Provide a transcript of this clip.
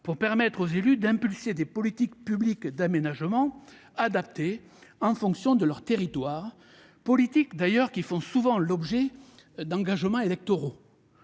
pour permettre aux élus d'engager des politiques publiques d'aménagement adaptées en fonction de leurs territoires, politiques qui font souvent l'objet d'engagements électoraux.